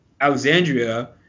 Alexandria